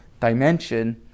dimension